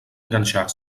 enganxar